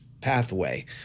pathway